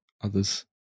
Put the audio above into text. others